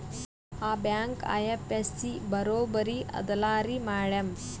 ಆ bank IFSC ಬರೊಬರಿ ಅದಲಾರಿ ಮ್ಯಾಡಂ?